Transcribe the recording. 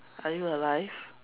are you alive